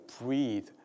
breathe